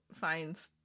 finds